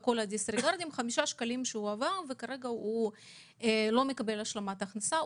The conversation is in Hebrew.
בגלל חמישה שקלים שהוא עבר הוא לא מקבל כרגע השלמת הכנסה.